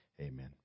Amen